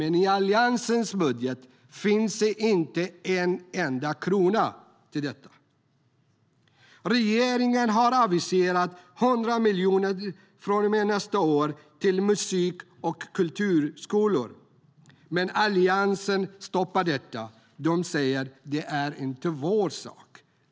Men i Alliansens budget finns inte en enda krona till detta. Regeringen har aviserat 100 miljoner från och med nästa år till musik och kulturskolor. Men Alliansen stoppar detta.